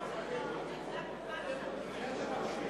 אני מכריז על הפסקה לעשר דקות,